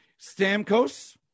Stamkos